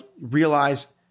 realize